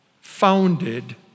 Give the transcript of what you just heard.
founded